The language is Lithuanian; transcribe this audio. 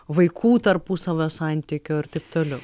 vaikų tarpusavio santykio ir taip toliau